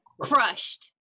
Crushed